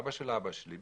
אבא של אבא שלי,